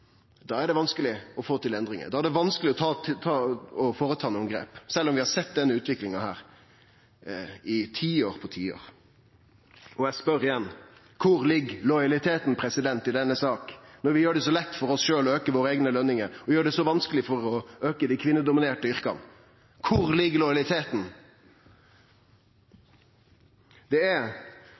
da er det vanskeleg å få til endringar. Da er det vanskeleg å ta nokon grep, sjølv om vi har sett denne utviklinga i tiår etter tiår. Eg spør igjen: Kvar ligg lojaliteten i denne saka når vi gjer det så lett for oss sjølve å auke vår eiga løn og gjør det så vankeleg å auke i dei kvinnedominerte yrka? Kvar ligg lojaliteten? Dersom ein ser på kva dei kvinnedominerte yrka er,